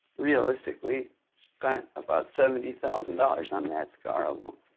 realistically spent about seventy thousand dollars on that scar alone.